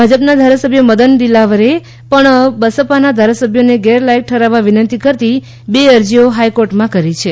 ભાજપના ધારાસભ્ય મદન દિલાવરે પણ બસપાના ધારાસભ્યોને ગેરલાયક ઠરાવવા વિનંતી કરતી બે અરજીઓ હાઇકોર્ટમાં કરી છે